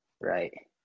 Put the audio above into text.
right